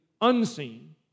unseen